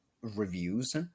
reviews